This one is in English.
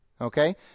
Okay